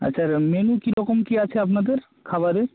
আচ্ছা আর মেনু কীরকম কী আছে আপনাদের খাবারে